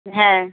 হ্যাঁ